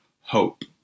hope